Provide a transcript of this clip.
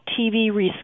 TV